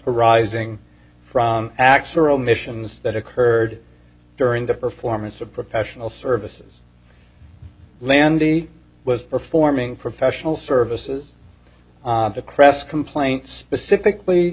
arising from acts or omissions that occurred during the performance of professional services landy was performing professional services on the crest complaint specifically